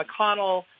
McConnell